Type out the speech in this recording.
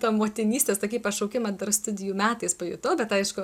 tą motinystės tokį pašaukimą dar studijų metais pajutau bet aišku